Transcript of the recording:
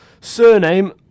Surname